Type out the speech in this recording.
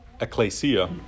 ecclesia